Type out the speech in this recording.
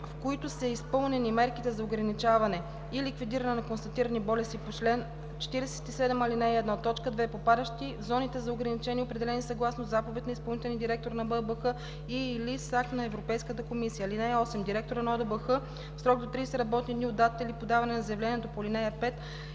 в които са изпълнени мерките за ограничаване и ликвидиране на констатирани болести по чл. 47, ал. 1; 2. попадащи в зоните за ограничение, определени съгласно заповед на изпълнителния директор на БАБХ и/или с акт на Европейската комисия. (8) Директорът на ОДБХ в срок до 30 работни дни от датата на подаване на заявлението по ал. 5